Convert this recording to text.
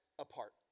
apart